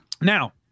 Now